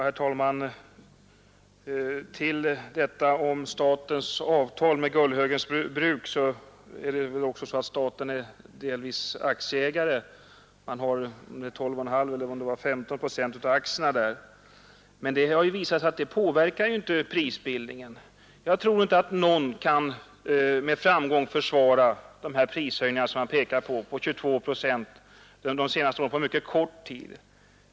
Herr talman! Beträffande statens avtal med AB Gullhögens bruk är också det att säga att staten delvis är aktieägare; staten har nämligen 12,5 procent av aktierna. Men det har visat sig att det inte påverkar prisbildningen. Jag tror inte att någon med framgång kan försvara de prishöjningar på 22 procent under mycket kort tid som jag har pekat på.